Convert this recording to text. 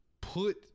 put